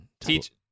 Teach